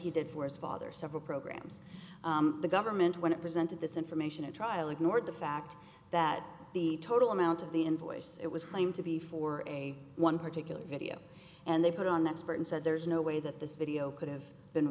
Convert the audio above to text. he did for his father several programs the government when it presented this information a trial ignored the fact that the total amount of the invoice it was claimed to be for a one particular video and they put on that support and said there's no way that this video could have been